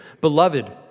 Beloved